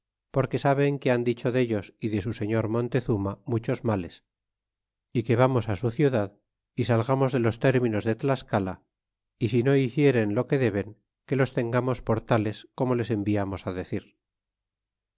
porque saben que han dicho dellos y de su señor montezuma muchos males y que vamos su ciudad y salgamos de los términos de tlascala y si no hicieren lo que deben que los tengamos por tales como les enviamos decir